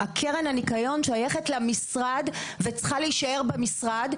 קרן הניקין שייכת למשרד וצריכה להישאר במשרד,